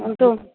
सांग तूं